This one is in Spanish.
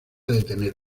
detener